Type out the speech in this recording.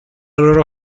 loro